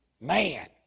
Man